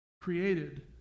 created